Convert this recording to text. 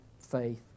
faith